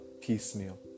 piecemeal